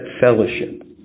Fellowship